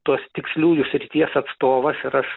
tos tiksliųjų srities atstovas ir aš